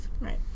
Right